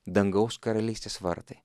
dangaus karalystės vartai